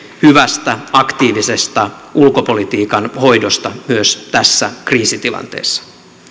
hyvästä aktiivisesta ulkopolitiikan hoidosta myös tässä kriisitilanteessa